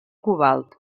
cobalt